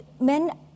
men